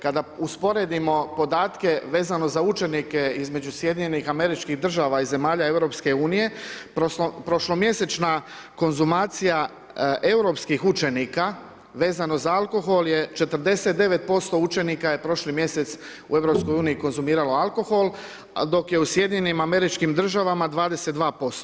Kada usporedimo podatke vezano za učenike između SAD-a i zemalja EU, prošlomjesečna konzumacija europskih učenika vezano za alkohol je 49% učenika je prošli mjesec u EU konzumiralo alkohol dok je u SAD-u 22%